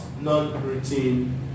non-routine